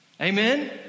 Amen